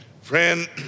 Friend